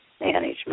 management